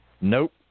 Nope